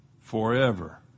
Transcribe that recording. forever